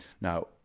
Now